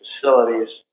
facilities